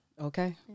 Okay